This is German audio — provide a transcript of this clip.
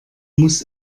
muss